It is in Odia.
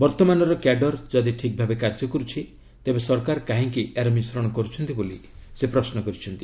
ବର୍ତ୍ତମାନର କ୍ୟାଡର ଯଦି ଠିକ୍ ଭାବେ କାର୍ଯ୍ୟ କରୁଛି ତେବେ ସରକାର କାହିଁକି ଏହାର ମିଶ୍ରଣ କରୁଛନ୍ତି ବୋଲି ସେ ପ୍ରଶ୍ମ କରିଛନ୍ତି